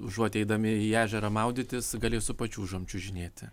užuot eidami į ežerą maudytis galės su pačiūžom čiuožinėti